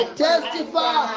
testify